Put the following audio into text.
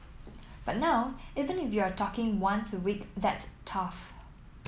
but now even if you're talking once a week that's tough